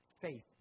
faith